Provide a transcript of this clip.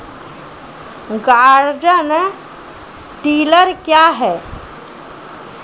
Garden tiller क्या हैं?